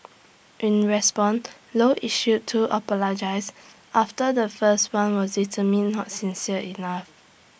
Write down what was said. in response low issued two apologies after the first one was determine not sincere enough